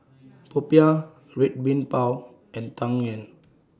Popiah Red Bean Bao and Tang Yuen